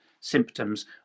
symptoms